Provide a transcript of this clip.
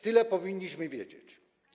Tyle powinniśmy wiedzieć.